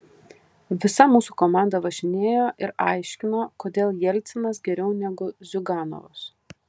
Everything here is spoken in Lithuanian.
visa mūsų komanda važinėjo ir aiškino kodėl jelcinas geriau negu ziuganovas